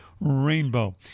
Rainbow